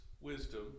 wisdom